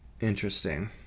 Interesting